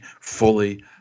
fully